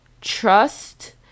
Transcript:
trust